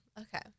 okay